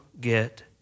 get